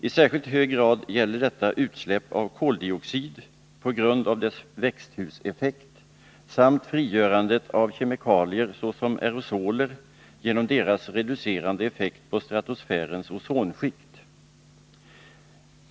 I särskilt hög grad gäller detta utsläpp av koldioxid, på grund av dess växthuseffekt, samt frigörandet av kemikalier såsom aerosoler, genom dessas reducerande effekt på stratosfärens ozonskikt.